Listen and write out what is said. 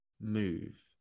move